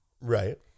Right